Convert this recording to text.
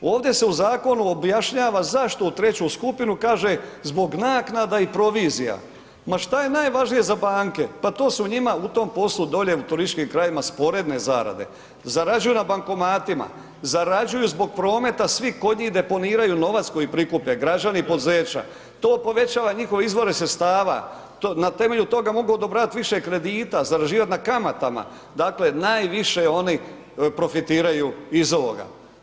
Ovdje se u zakonu objašnjava zašto u treću skupinu, kaže zbog naknada i provizija, ma šta je najvažnije za banke, pa to su njima u tom poslu dolje u turističkim krajevima sporedne zarade, zarađuju na bankomatima, zarađuju zbog prometa, svi kod njih deponiraju novac koji prikupe, građani i poduzeća, to povećava njihove izvore sredstava, na temelju toga mogu odobravat više kredita, zarađivat na kamatama, dakle, najviše oni profitiraju iz ovoga.